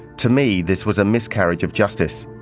to me this was a miscarriage of justice.